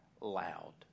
loud